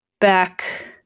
back